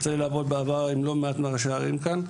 יצא לי לעבוד בעבר עם לא מעט מראשי הערים כאן,